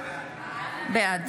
בעד